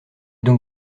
donc